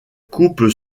coupe